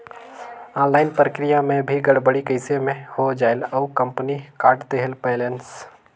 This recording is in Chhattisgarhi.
ऑनलाइन प्रक्रिया मे भी गड़बड़ी कइसे मे हो जायेल और कंपनी काट देहेल बैलेंस?